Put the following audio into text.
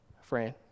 friend